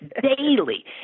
daily